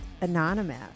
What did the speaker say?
Anonymous